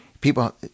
people